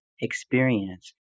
experience